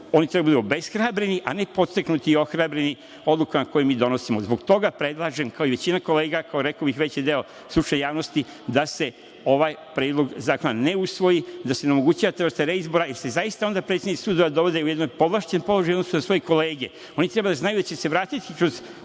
oni treba da budu obeshrabreni, a ne podstaknuti o ohrabreni odlukama koje mi donosimo. Zbog toga predlažem kao i većina kolega, rekao i veći deo stručne javnosti da se ovaj predlog zakona ne usvoji, da se ne omogućava ta vrsta reizobra jer će onda zaista predsednici sudova dolaziti u jedan povlašćen položaj u odnosu na svoje kolege. Oni treba da znaju da će se vratiti